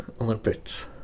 Olympics